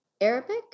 arabic